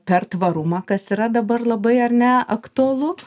per tvarumą kas yra dabar labai ar ne aktualu